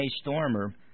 Stormer